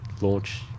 launch